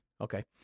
okay